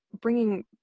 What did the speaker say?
bringing